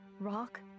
Rock